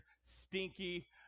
stinky